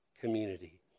community